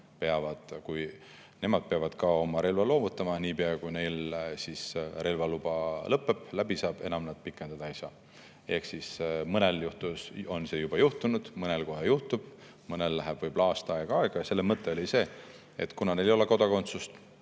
nemad peavad oma relva loovutama. Niipea kui neil relvaluba lõpeb, läbi saab, enam nad seda pikendada ei saa. Mõnel on see juba juhtunud, mõnel kohe juhtub, mõnel läheb võib-olla aasta aega aega. Selle mõte on see, et kuna neil ei ole kodakondsust,